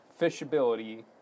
Fishability